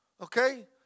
Okay